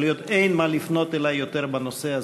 להיות: אין מה לפנות אלי יותר בנושא הזה.